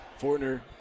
Fortner